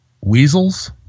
weasels